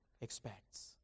expects